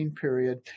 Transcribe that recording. period